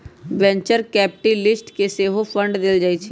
venture capitalist सेहो fund देइ छइ